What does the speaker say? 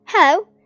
Hello